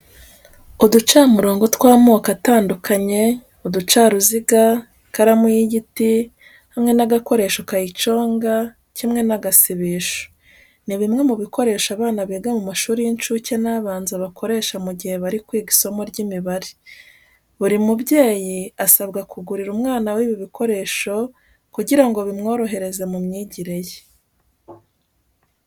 Uducamurongo tw'amoko atandukanye, uducaruziga, ikaramu y'igiti hamwe n'agakoresho kayiconga kimwe n'agasibisho. Ni bimwe mu bikoresho abana biga mu mashuri y'incuke n'abanza bakoresha mu gihe bari kwiga isomo ry'imibare. Buri mubyeyi asabwa kugurira umwana we ibi bikoresho kugira ngo bimworohereze mu myigire ye.